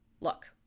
Look